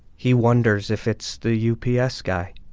he wonders if it's the u p s. guy.